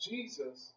Jesus